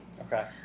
Okay